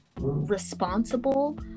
responsible